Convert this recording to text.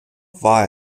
war